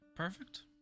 Perfect